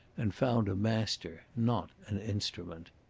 and found a master, not an instrument.